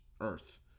Earth